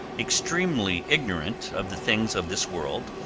extremely ignorant of the things of this world,